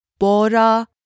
Bora